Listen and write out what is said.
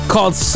Called